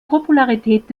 popularität